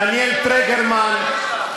דניאל טרגרמן,